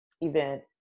event